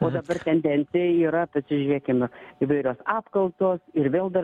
o dabar tendencija yra pasižiūrėkime įvairios apkaltos ir vėl dar